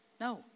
No